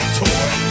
toy